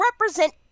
represent